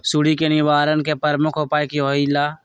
सुडी के निवारण के प्रमुख उपाय कि होइला?